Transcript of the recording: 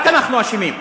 רק אנחנו אשמים.